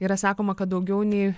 yra sakoma kad daugiau nei